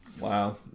Wow